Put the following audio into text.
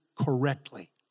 correctly